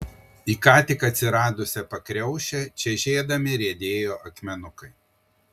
į ką tik atsiradusią pakriaušę čežėdami riedėjo akmenukai